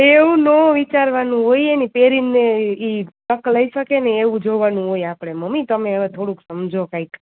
એવું ના વિચારવાનું હોય એની પહેરીને એ તક લઈ શકે ને એવું જોવાનું હોય આપણે મમ્મી તમે હવે થોડુંક સમજો કાંઈક